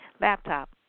laptop